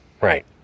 Right